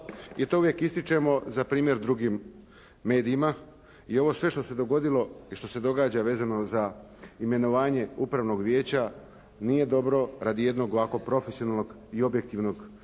i to uvijek ističemo za primjer drugim medijima. I ovo sve što se dogodilo i što se događa vezano za imenovanje Upravnog vijeća nije dobro radi jednog ovako profesionalnog i objektivnog medija